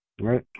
right